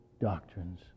doctrines